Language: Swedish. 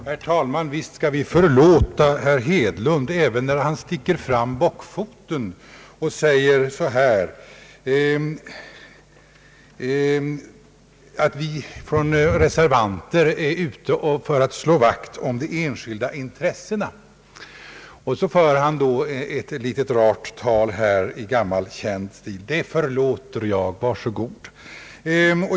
Herr talman! Visst skall vi förlåta herr Hedlund även när han sticker fram bockfoten och säger att vi reservanter är ute för att slå vakt om enskilda intressen. Han håller ett litet rart tal i gammal känd stil. Det förlåter jag, var så god!